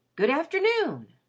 good-afternoon!